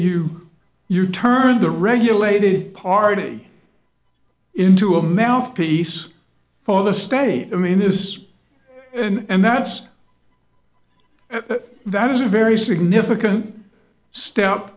you you turn the regulated party into a mouthpiece for the state i mean this is and that's at that is a very significant step